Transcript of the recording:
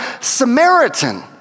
Samaritan